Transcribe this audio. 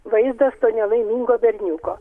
vaizdas to nelaimingo berniuko